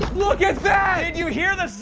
look at that! did you hear the